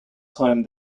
time